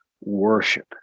worship